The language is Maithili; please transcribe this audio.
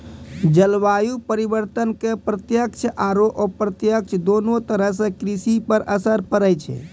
जलवायु परिवर्तन के प्रत्यक्ष आरो अप्रत्यक्ष दोनों तरह सॅ कृषि पर असर पड़ै छै